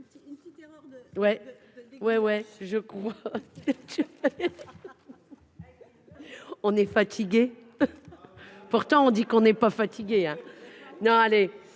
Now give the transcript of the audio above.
ouais, ouais, ouais, je crois, on est fatigué. Pourtant, on dit qu'on n'est pas fatigué, hein non allez